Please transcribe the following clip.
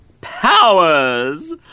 Powers